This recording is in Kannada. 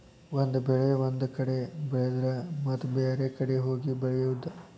ಒಂದ ಬೆಳೆ ಒಂದ ಕಡೆ ಬೆಳೆದರ ಮತ್ತ ಬ್ಯಾರೆ ಕಡೆ ಹೋಗಿ ಬೆಳಿಯುದ